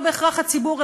לא בהכרח הציבור,